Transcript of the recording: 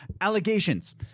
Allegations